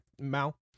Mal